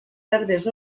verdes